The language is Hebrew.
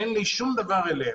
אין לי שום דבר אליהם.